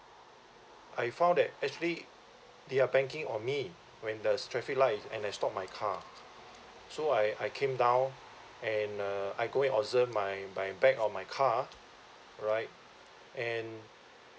I found that actually they're bang in on me when there's traffic light and I've stopped my car so I I came down and uh I go and observe my my back of my car right and